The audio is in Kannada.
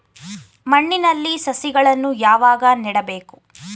ಮಣ್ಣಿನಲ್ಲಿ ಸಸಿಗಳನ್ನು ಯಾವಾಗ ನೆಡಬೇಕು?